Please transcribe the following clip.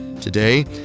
Today